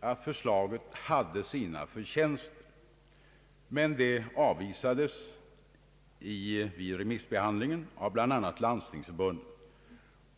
att det förslaget hade sina förtjänster, men det avvisades vid remissbehandlingen av bl.a. Landstingsförbundet.